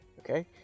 okay